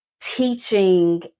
teaching